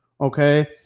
Okay